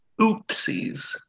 oopsies